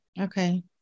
Okay